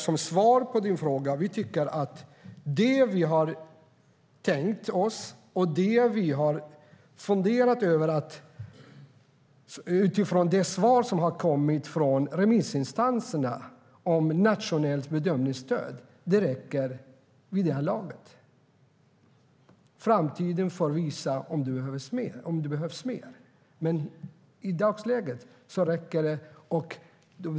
Som svar på din fråga tycker vi att det som vi har tänkt oss och funderat över utifrån de svar som kommit från remissinstanserna vad gäller nationellt bedömningsstöd räcker i det läget. Framtiden får utvisa om det behövs mer. Men det räcker i dagsläget.